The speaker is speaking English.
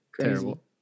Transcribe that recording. Terrible